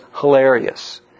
hilarious